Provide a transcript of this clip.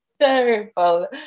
terrible